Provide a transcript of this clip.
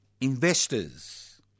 investors